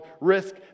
Risk